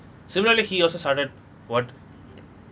similarly he also started what